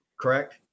correct